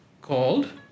Called